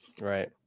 Right